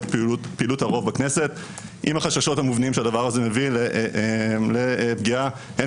פעילות הרוב בכנסת עם החששות המובנים שהדבר הזה מביא לפגיעה הן